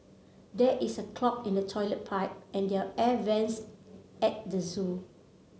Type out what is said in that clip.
there is a clog in the toilet pipe and the air vents at the zoo